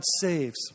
saves